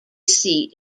seat